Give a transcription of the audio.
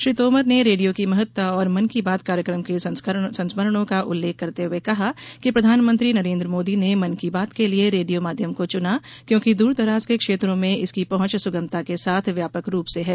श्री तोमर ने रेडियो की महत्ता और मन की बात कार्यक्रम के संस्मरणों का उल्लेख करते हुए कहा कि प्रधानमंत्री नरेन्द्र मोदी ने मन की बात के लिये रेडियो माध्यम को चुना क्योकि दूरदराज के क्षेत्रों में इसकी पहुंच सुगमता के साथ व्यापक रूप से है